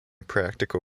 practical